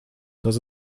dass